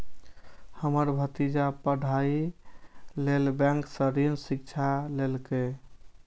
हमर भतीजा पढ़ाइ लेल बैंक सं शिक्षा ऋण लेलकैए